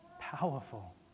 powerful